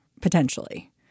potentially